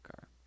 car